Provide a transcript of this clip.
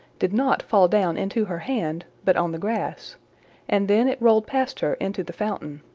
did not fall down into her hand, but on the grass and then it rolled past her into the fountain.